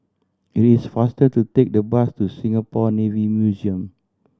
it is faster to take the bus to Singapore Navy Museum